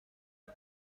نسل